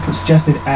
suggested